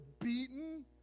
beaten